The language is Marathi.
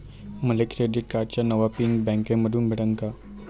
मले क्रेडिट कार्डाचा नवा पिन बँकेमंधून भेटन का?